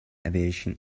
aviation